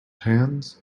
hands